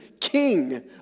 king